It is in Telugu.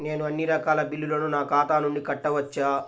నేను అన్నీ రకాల బిల్లులను నా ఖాతా నుండి కట్టవచ్చా?